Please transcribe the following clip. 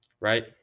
right